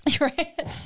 Right